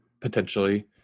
potentially